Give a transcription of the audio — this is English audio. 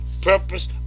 purpose